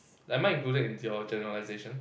like am I included into your generalization